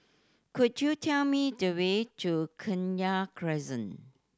could you tell me the way to Kenya Crescent